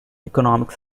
economic